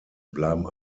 bleiben